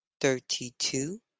Thirty-two